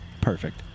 Perfect